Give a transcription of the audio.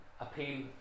appeal